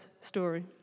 story